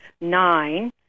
nine